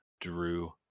Drew